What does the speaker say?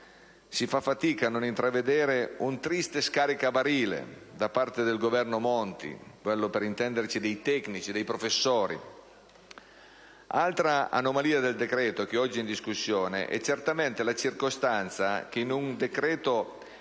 Si fa fatica a non intravedere un triste scaricabarile da parte del Governo Monti, quello, per intenderci, dei tecnici, dei professori. Altra anomalia del decreto oggi è in discussione è certamente la circostanza che in un decreto